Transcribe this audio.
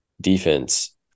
defense